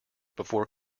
before